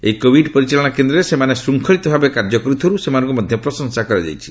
ଏହି କୋଭିଡ୍ ପରିଚାଳନା କେନ୍ଦ୍ରରେ ସେମାନେ ସୁଶ୍ଙ୍ଖଳିତ ଭାବେ କାର୍ଯ୍ୟ କରୁଥିବାରୁ ସେମାନଙ୍କୁ ମଧ୍ୟ ପ୍ରଶଂସା କରାଯାଇଛି